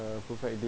a perfect day